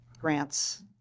grants